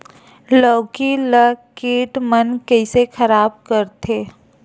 लौकी ला कीट मन कइसे खराब करथे?